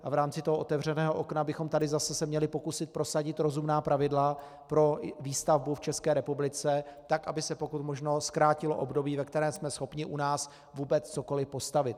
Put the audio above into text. A v rámci otevřeného okna bychom se tady zase měli pokusit prosadit rozumná pravidla pro výstavbu v České republice tak, aby se pokud možno zkrátilo období, ve kterém jsme schopni u nás vůbec cokoli postavit.